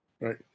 Right